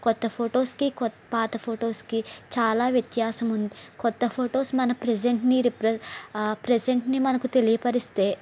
క్రొత్త ఫోటోస్కి పాత ఫోటోస్కి చాలా వ్యత్యాసం ఉంది క్రొత్త ఫొటోస్ మన ప్రెజెంట్ని రిప్రె ఆ ప్రెజెంట్ని మనకు తెలియపరిస్తే